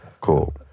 Cool